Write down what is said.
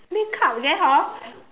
make up then hor